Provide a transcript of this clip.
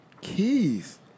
Keys